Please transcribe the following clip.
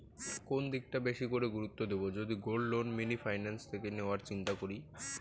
কোন দিকটা বেশি করে গুরুত্ব দেব যদি গোল্ড লোন মিনি ফাইন্যান্স থেকে নেওয়ার চিন্তা করি?